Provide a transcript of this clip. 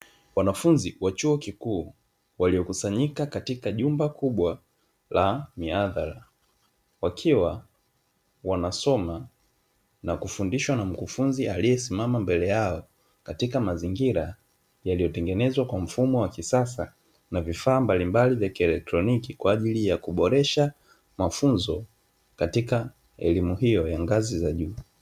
Wanafunzi wa chuo kikuu waliokusanyika katika jumba kubwa la mihadhara, wakiwa wanasoma na kufundishwa na mkufunzi aliyesimama mbele yao, katika mazingira yaliyotengenezwa kwa mfumo wa kisasa, na vifaa mbalimbali vya kielektroniki kwa ajili ya kuboresha mafunzo, katika elimu hiyo ya ngazi za juu.